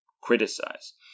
criticize